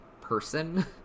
person